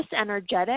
energetic